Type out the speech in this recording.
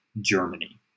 Germany